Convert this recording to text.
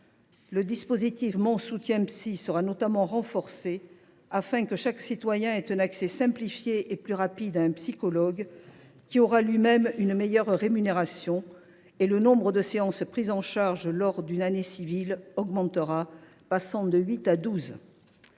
Le dispositif Mon soutien psy sera notamment renforcé, afin que chaque citoyen ait un accès simplifié et plus rapide à un psychologue, qui bénéficiera lui même d’une meilleure rémunération, et le nombre de séances prises en charge lors d’une année civile augmentera, passant de huit